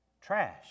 Trash